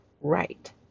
right